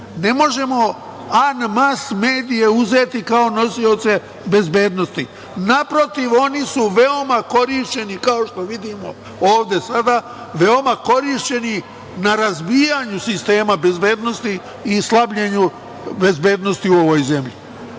Ne možemo Mas-medije uzeti kao nosioce bezbednosti. Naprotiv, oni su veoma korišćeni, kao što vidimo ovde sada, veoma korišćeni na razbijanju sistema bezbednosti i slabljenju bezbednosti u ovoj zemlji. Sad